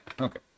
okay